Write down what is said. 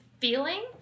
feeling